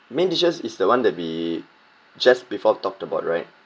main dishes is the one that we just before talked about right